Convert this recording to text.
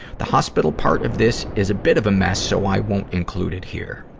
the hospital part of this is a bit of a mess, so i won't include it here.